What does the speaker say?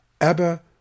Abba